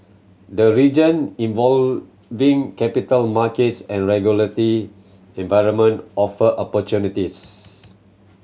the region evolving capital markets and regulatory environment offer opportunities